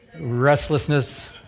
Restlessness